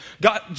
God